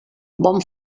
bon